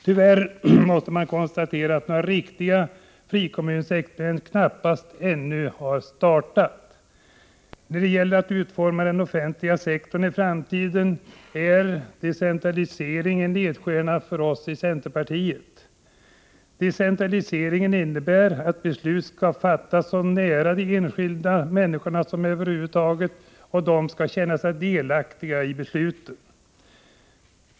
Tyvärr måste man konstatera att några riktiga frikommunsexperiment knappast ännu har startat. När det gäller att utforma den offentliga sektorn i framtiden är decentraliseringen en ledstjärna för oss i centerpartiet. Decentralisering innebär att beslut skall fattas så nära de enskilda människorna som det över huvud taget är möjligt. De skall känna sig delaktiga i besluten.